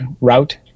route